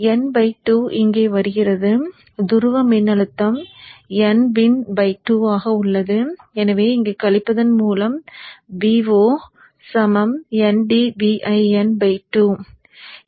எனவே n2 இங்கே வருகிறது துருவ மின்னழுத்தம் nVin 2 ஆக உள்ளது எனவே கழிப்பதன் மூலம் Vo ndVin 2